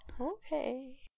Okay